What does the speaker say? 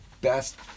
best